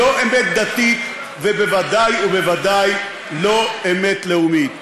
לא אמת דתית ובוודאי ובוודאי לא אמת לאומית.